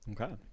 okay